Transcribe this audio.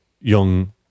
young